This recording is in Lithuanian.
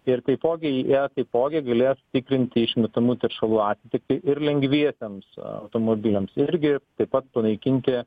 ir taipogi jie taipogi galės tikrinti išmetamų teršalų atitiktį ir lengviesiems automobiliams irgi taip pat panaikinti